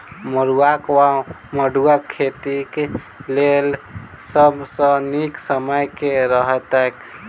मरुआक वा मड़ुआ खेतीक लेल सब सऽ नीक समय केँ रहतैक?